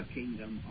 kingdom